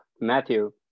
matthew